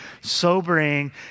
sobering